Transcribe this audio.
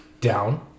Down